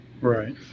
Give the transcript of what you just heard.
Right